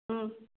ꯎꯝ